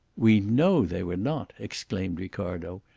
we know they were not, exclaimed ricardo.